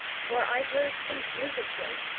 for i heard confusedly,